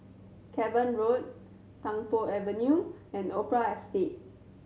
Cavan Road Tung Po Avenue and Opera Estate